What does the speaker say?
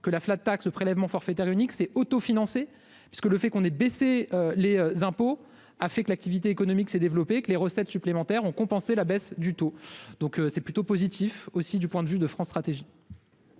que la flat tax prélèvement forfaitaire unique s'est financer parce que le fait qu'on ait baissé les impôts a fait que l'activité économique s'est développée que les recettes supplémentaires ont compensé la baisse du tout, donc c'est plutôt positif aussi du point de vue de France Stratégie.